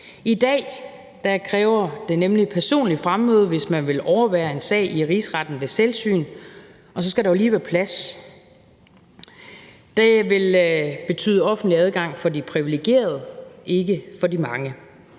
I dag kræver det nemlig personligt fremmøde, hvis man vil overvære en sag i Rigsretten ved selvsyn – og så skal der jo lige være plads. Det vil betyde offentlig adgang for de privilegerede, ikke for de mange.